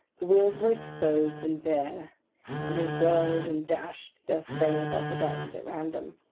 the wheels were exposed and bare and they whirled and dashed their spray about the decks at random.